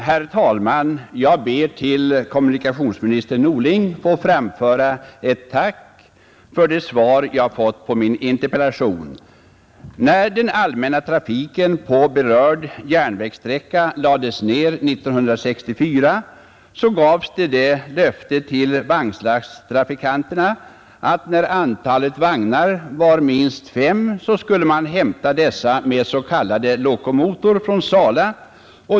Herr talman! Jag ber att till kommunikationsministern Norling få framföra ett tack för det svar jag har fått på min interpellation. När den allmänna trafiken på berörd järnvägssträcka lades ned 1964, gavs det löftet till vagnslasttrafikanterna att om antalet vagnar var minst fem skulle man hämta dessa med s.k. lokomotor från Sala.